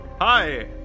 Hi